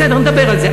בסדר, נדבר על זה.